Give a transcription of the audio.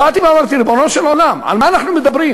באתי ואמרתי, ריבונו של עולם, על מה אנחנו מדברים?